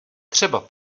třeba